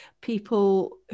people